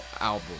album